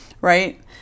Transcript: right